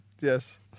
Yes